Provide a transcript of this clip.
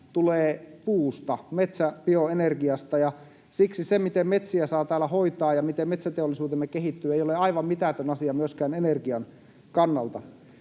tulee puusta, metsäbioenergiasta, ja siksi se, miten metsiä saa täällä hoitaa ja miten metsäteollisuutemme kehittyy, ei ole aivan mitätön asia myöskään energian kannalta.